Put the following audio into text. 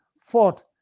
fought